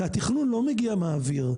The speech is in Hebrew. התכנון לא מגיע מהאוויר,